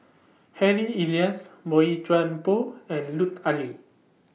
Harry Elias Boey Chuan Poh and Lut Ali